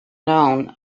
known